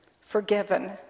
Forgiven